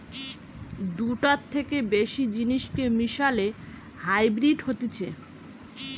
দুটার থেকে বেশি জিনিসকে মিশালে হাইব্রিড হতিছে